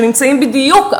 שנמצאים בדיוק,